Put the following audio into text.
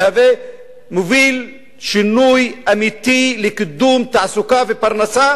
שמוביל שינוי אמיתי לקידום תעסוקה ופרנסה,